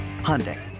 Hyundai